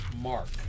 mark